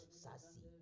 sasi